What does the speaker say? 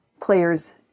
players